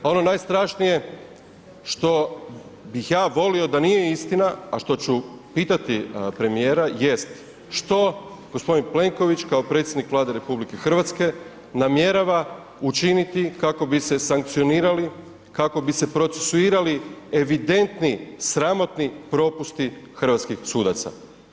Ono najstrašnije što bih ja volio da nije istina a što ću pitati premijera jest što gospodin Plenković kao predsjednik Vlade RH namjerava učiniti kako bi se sankcionirali, kako bi se procesuirali evidentni, sramotni propusti hrvatskih sudaca.